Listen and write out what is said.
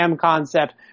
concept